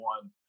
one